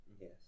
Yes